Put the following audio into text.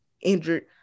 injured